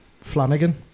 Flanagan